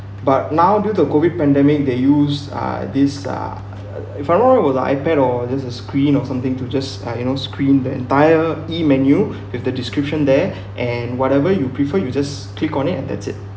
but now due to the COVID pandemic they use uh this uh if I not wrong with the ipad or just a screen or something to just uh you know screen that entire e-menu with the description there and whatever you prefer you just click on it and that's it